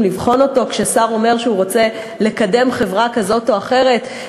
לבחון כששר אומר שהוא רוצה לקדם חברה כזאת או אחרת,